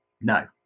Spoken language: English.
No